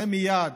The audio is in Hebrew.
זה מייד: